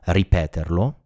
ripeterlo